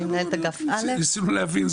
אני מנהלת אגף א' --- רק ניסינו להבין,